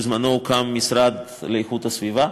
אני יכול להביא דוגמאות: בזמנו הוקם המשרד לאיכות הסביבה,